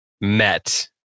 met